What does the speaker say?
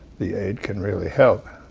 the aid can really help.